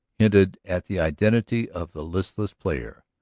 hinted at the identity of the listless player,